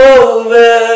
over